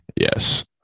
Yes